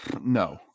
no